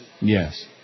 Yes